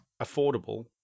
affordable